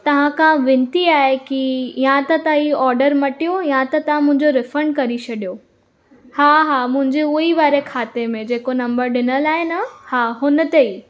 तव्हां खां विनती आहे की या त तव्हां इहो ऑडर मटियो या त तव्हां मुंहिंजो रिफंड करे छॾियो हा हा मुंहिंजे उहो ई वारे खाते में जेको नंबर ॾिनल आहे न हा हुन ते ई